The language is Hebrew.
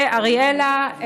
ואריאלה,